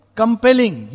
compelling